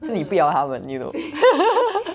是你不要他们 you know